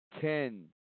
ten